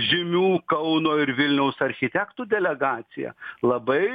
žymių kauno ir vilniaus architektų delegacija labai